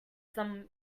some